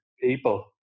people